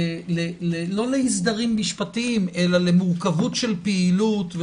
לא לאי סדרים אלא למורכבות של פעילות.